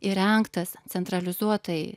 įrengtas centralizuotai